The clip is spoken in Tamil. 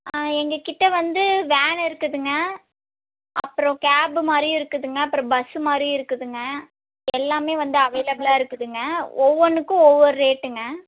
எங்கள் கிட்ட வந்து வேன் இருக்குதுங்க அப்புறோம் கேபு மாதிரியும் இருக்குதுங்க அப்புறம் பஸ்ஸு மாதிரியும் இருக்குதுங்க எல்லாமே வந்து அவைலபிளாக இருக்குதுங்க ஒவ்வொன்றுக்கும் ஒவ்வொரேட்டுங்க